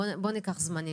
בוא וניקח זמנים.